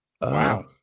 Wow